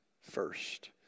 first